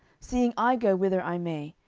seeing i go whither i may,